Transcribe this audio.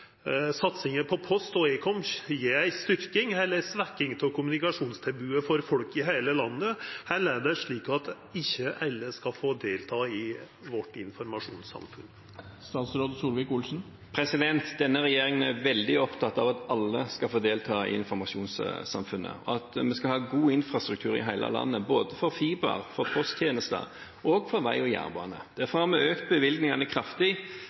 post og ekom gjev eit styrkt eller svekt kommunikasjonstilbod for folket i heile landet, eller er det slik at ikkje alle skal få delta i informasjonssamfunnet?» Denne regjeringen er veldig opptatt av at alle skal få delta i informasjonssamfunnet, og at vi skal ha god infrastruktur i hele landet både for fiber, for posttjenester og for vei og jernbane. Derfor har vi økt bevilgningene kraftig